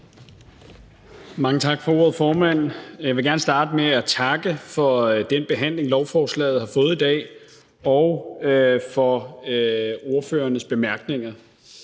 Mange tak for ordet, formand. Jeg vil gerne starte med at takke for den behandling, lovforslaget har fået i dag, og for ordførernes bemærkninger.